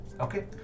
Okay